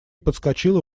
подскочила